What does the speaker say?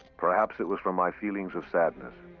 perhaps it was from my feelings of sadness.